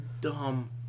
dumb